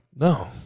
No